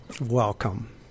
welcome